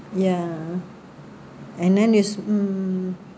ya and then is mm